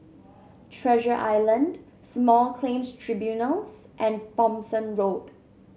Treasure Island Small Claims Tribunals and Thomson Road